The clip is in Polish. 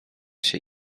się